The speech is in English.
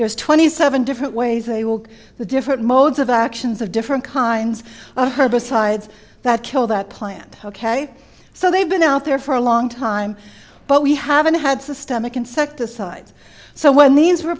there's twenty seven different ways they will the different modes of actions of different kinds of herbicides that kill that plant ok so they've been out there for a long time but we haven't had systemic insecticides so when these were